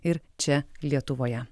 ir čia lietuvoje